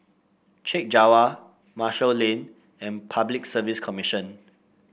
Chek Jawa Marshall Lane and Public Service Commission